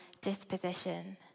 disposition